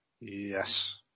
Yes